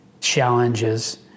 challenges